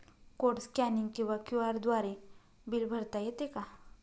Code scanning किंवा QR द्वारे bill भरता येते का?